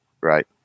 right